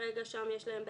כרגע שם יש להם בעיה,